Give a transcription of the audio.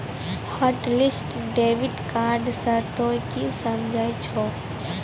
hotlist debit card से तोंय की समझे छौं